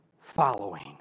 following